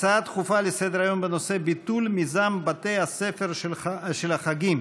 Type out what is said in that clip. הצעות דחופות לסדר-היום בנושא: ביטול מיזם בתי הספר של החגים